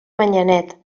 manyanet